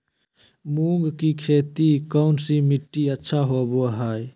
मूंग की खेती कौन सी मिट्टी अच्छा होबो हाय?